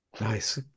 nice